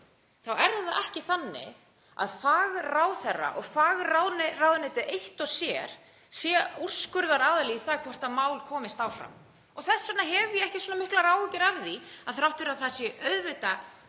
þá er það ekki þannig að fagráðherra og fagráðuneytið eitt og sér sé úrskurðaraðili um það hvort mál komist áfram. Þess vegna hef ég ekki svona miklar áhyggjur af því. Þrátt fyrir að það sé auðvitað